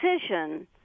decision